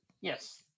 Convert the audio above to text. Yes